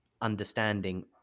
understanding